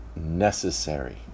necessary